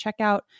checkout